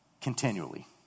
continually